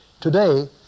Today